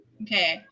okay